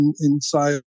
inside